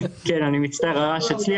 כי אתה הסתכלת על שנת 2020,